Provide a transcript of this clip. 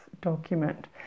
document